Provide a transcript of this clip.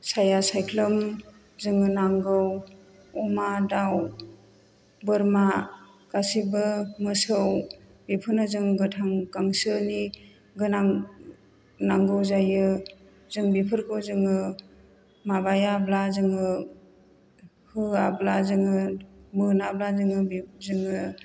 साया सायख्लुम जोंनो नांगौ अमा दाउ बोरमा गासैबो मोसौ बेफोरनो जों गोथां गांसोनि गोनां नांगौ जायो जों बेफोरखौ जोङो माबायाब्ला जोङो होआब्ला जोङो मोनाब्ला जोङो बे जोङो